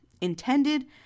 intended